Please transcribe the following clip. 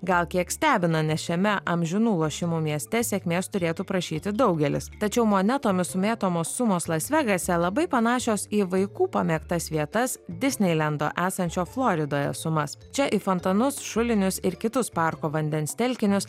gal kiek stebina nes šiame amžinų lošimų mieste sėkmės turėtų prašyti daugelis tačiau monetomis sumėtomos sumos las vegase labai panašios į vaikų pamėgtas vietas disneilendo esančio floridoje sumas čia į fontanus šulinius ir kitus parko vandens telkinius